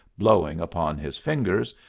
blowing upon his fingers,